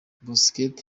busquets